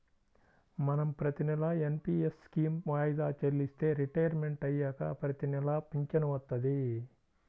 మనం ప్రతినెలా NPS scheme వాయిదా చెల్లిస్తే రిటైర్మంట్ అయ్యాక ప్రతినెలా పింఛను వత్తది